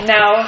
Now